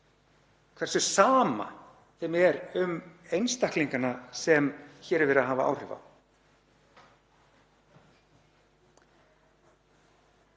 hversu sama þeim er um einstaklingana sem hér er verið að hafa áhrif á.